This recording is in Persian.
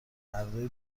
مردای